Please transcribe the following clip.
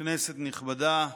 כנסת נכבדה,